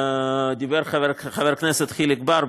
דיבר חבר הכנסת חיליק בר,